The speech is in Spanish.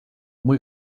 muy